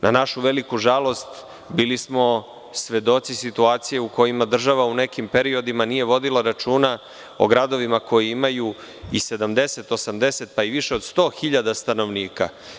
Nažalost, bili smo svedoci situacije u kojima država u nekim periodima nije vodila računa o gradovima koji imaju i 70, 80, pa i više od 100.000 stanovnika.